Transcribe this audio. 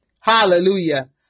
Hallelujah